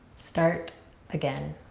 start again,